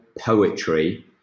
poetry